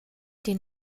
den